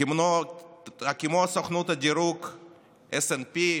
כמו סוכנות הדירוג S&P,